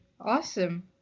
Awesome